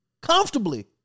Comfortably